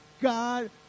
God